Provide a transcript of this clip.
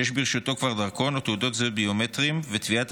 שיש ברשותו כבר דרכון או תעודת זהות ביומטריים וטביעות